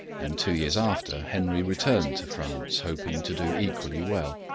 and two years after henry returned to france, hoping to do equally well.